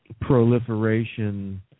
proliferation